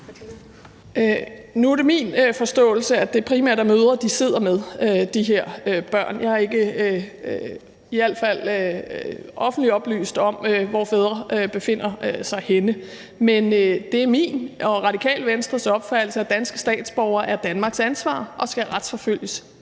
Nu er det min forståelse, at det primært er mødre, de her børn sidder med. Jeg er i hvert fald ikke officielt oplyst om, hvor fædrene befinder sig henne. Men det er min og Radikale Venstres opfattelse, at danske statsborgere er Danmarks ansvar og skal retsforfølges